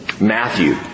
Matthew